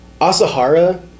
Asahara